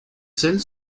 scènes